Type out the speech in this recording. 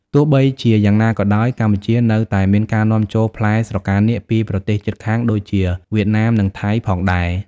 ទោះបីជាយ៉ាងណាក៏ដោយ កម្ពុជានៅតែមានការនាំចូលផ្លែស្រកានាគពីប្រទេសជិតខាងដូចជាវៀតណាម និងថៃ ផងដែរ។